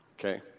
Okay